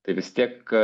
tai vis tiek